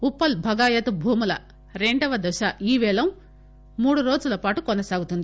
ఉప్పల్ భగాయత్ భూముల రెండో దశ ఈ పేలం మూడురోజుల పాటు కొనసాగుతుంది